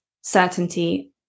certainty